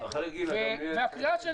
והקריאה שלי